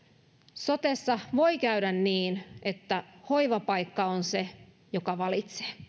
sotessa voi käydä niin että hoivapaikka on se joka valitsee